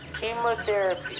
chemotherapy